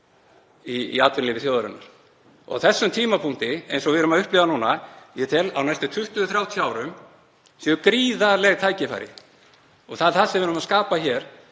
í atvinnulífi þjóðarinnar. Á tímapunkti eins og við erum að upplifa núna — ég tel að á næstu 20–30 árum séu gríðarleg tækifæri og það er það sem við erum að skapa hér